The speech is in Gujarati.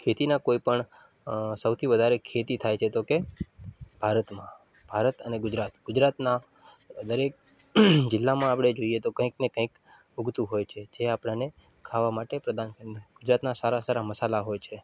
ખેતીના કોઈ પણ અ સૌથી વધારે ખેતી થાય છે તો કે ભાતરમાં ભારત અને ગુજરાત ગુજરાતના દરેક જિલ્લામાં આપણે જોઈએ તો કંઈક ને કંઈક ઉગતું હોય છે જે આપણને ખાવા માટે પ્રદાન થાય છે ગુજરાતના સારા સારા મસાલા હોય છે